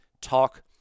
talk